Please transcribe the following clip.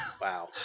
wow